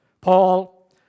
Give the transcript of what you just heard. Paul